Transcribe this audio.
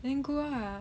then good lah